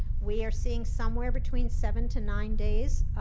we are seeing somewhere between seven to nine days,